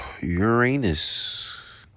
Uranus